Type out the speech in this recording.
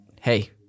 hey